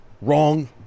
wrong